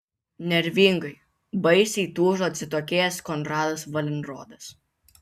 nervingai baisiai tūžo atsitokėjęs konradas valenrodas